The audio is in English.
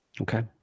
Okay